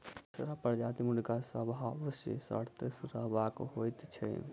बसरा प्रजातिक मुर्गा स्वभाव सॅ सतर्क रहयबला होइत छै